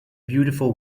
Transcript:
beautiful